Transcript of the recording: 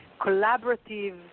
collaborative